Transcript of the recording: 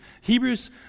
Hebrews